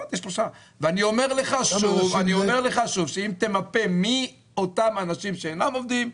3%. ואני אומר לך שוב שאם תמפה מי אותם אנשים שאינם עובדים,